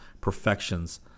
perfections